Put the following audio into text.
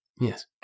Yes